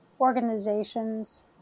Organizations